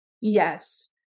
Yes